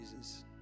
Jesus